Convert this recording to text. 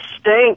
stink